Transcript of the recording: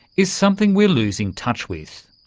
is something we're losing touch with.